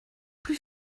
plus